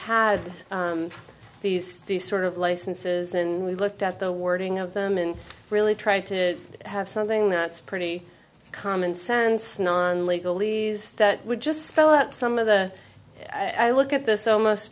d these sort of licenses and we looked at the wording of them and really tried to have something that's pretty common sense non legal ease that would just spell out some of the i look at this almost